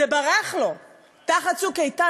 זה ברח לו תחת "צוק איתן".